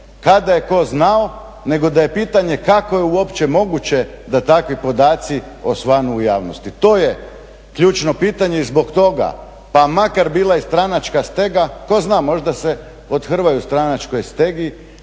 kada je tko znao nego da je pitanje kako je uopće moguće da takvi podaci osvanu u javnosti. To je ključno pitanje. I zbog toga pa makar bila i stranačka stega tko zna možda se othrvaju stranačkoj stegi